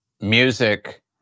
music